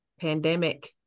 pandemic